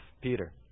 Peter